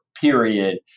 period